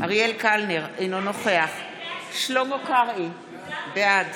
אריאל קלנר, אינו נוכח שלמה קרעי, בעד